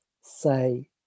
say